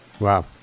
Wow